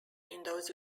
windows